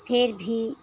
फिर भी